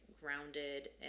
grounded